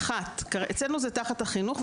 אצלנו זה תחת החינוך.